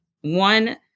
One